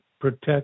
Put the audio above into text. protect